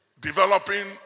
developing